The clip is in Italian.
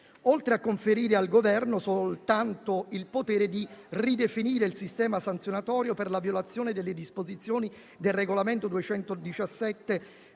oltre a conferire al Governo soltanto il potere di ridefinire il sistema sanzionatorio per la violazione delle disposizioni del Regolamento UE